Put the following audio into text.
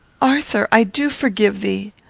arthur! i do forgive thee.